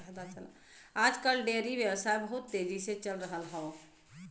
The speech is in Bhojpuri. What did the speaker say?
आज कल डेयरी व्यवसाय बहुत तेजी से चल रहल हौवे